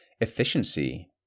efficiency